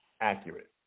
accurate